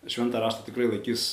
šventą raštą tikrai laikys